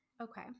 Okay